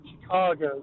Chicago